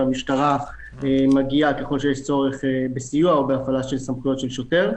המשטרה מגיעה ככל שיש צורך בסיוע או בהפעלת סמכויות של שוטר.